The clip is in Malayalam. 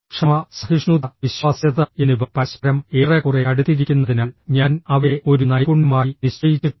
ക്ഷമ സഹിഷ്ണുത വിശ്വാസ്യത എന്നിവ പരസ്പരം ഏറെക്കുറെ അടുത്തിരിക്കുന്നതിനാൽ ഞാൻ അവയെ ഒരു നൈപുണ്യമായി നിശ്ചയിച്ചിട്ടുണ്ട്